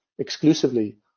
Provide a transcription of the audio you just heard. exclusively